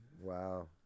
Wow